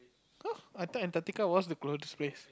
[huh] I thought Antarctica was the coldest place